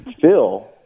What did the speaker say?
Phil